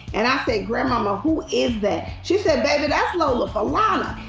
and i say, grandmama, who is that? she said, baby, that's lola falana.